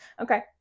Okay